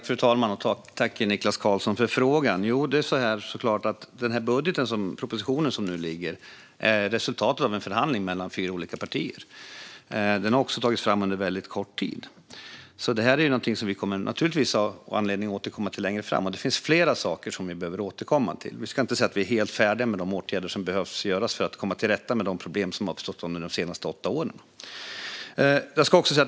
Fru talman! Tack, Niklas Karlsson, för frågan! Budgetpropositionen är resultatet av en förhandling mellan fyra olika partier och har tagits fram under väldigt kort tid. Vi kommer naturligtvis att ha anledning att återkomma till detta längre fram. Det finns flera saker som vi behöver återkomma till, för vi är inte helt färdiga med de åtgärder som behöver göras för att komma till rätta med de problem som uppstått under de senaste åtta åren.